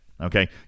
okay